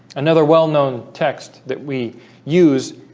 another well-known text that we use